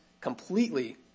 completely